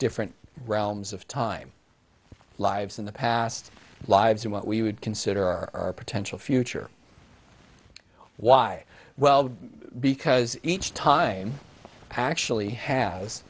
different realms of time lives in the past lives in what we would consider our potential future why well because each time i actually ha